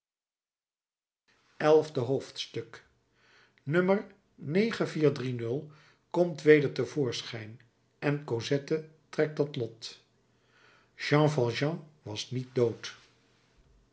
elfde hoofdstuk nummer komt weder te voorschijn en cosette trekt dat lot jean valjean was niet dood